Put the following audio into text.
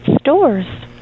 stores